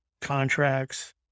contracts